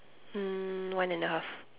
um one and a half